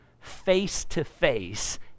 face-to-face